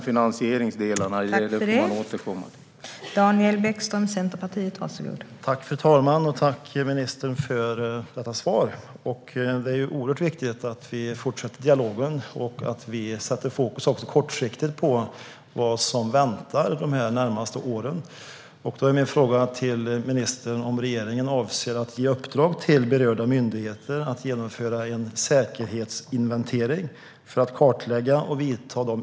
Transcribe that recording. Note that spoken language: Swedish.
Finansieringsdelarna i det får man återkomma till.